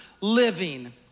living